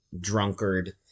drunkard